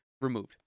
removed